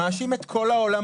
מאשים את כל העולם,